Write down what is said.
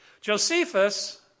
Josephus